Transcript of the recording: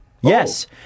Yes